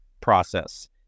process